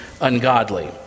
ungodly